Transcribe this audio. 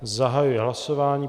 Zahajuji hlasování.